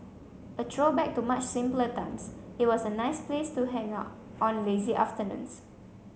a throwback to much simpler times it was a nice place to hang out on lazy afternoons